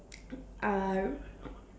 uh